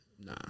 nah